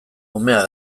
umeak